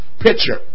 picture